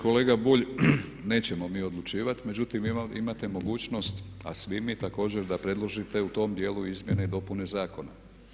Kolega Bulj, nećemo mi odlučivati, međutim imate mogućnost, a svi mi također da predložite u tom dijelu izmjene i dopune zakona.